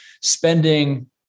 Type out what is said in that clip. spending